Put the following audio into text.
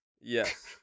Yes